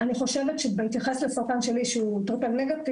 אני חושבת בהתייחס לסרטן שלי שהוא לגמרי שלילי,